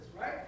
right